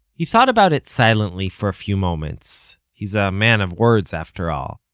he thought about it silently for a few moments. he's a man of words after all,